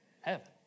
Heaven